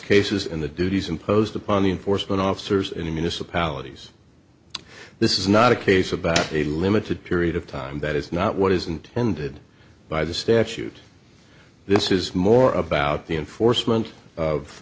cases in the duties imposed upon the enforcement officers in the municipalities this is not a case about a limited period of time that is not what is intended by the statute this is more about the enforcement of